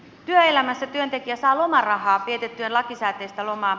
työelämässä työntekijä saa lomarahaa vietettyään lakisääteistä lomaa